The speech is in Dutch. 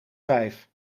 vijf